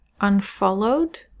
unfollowed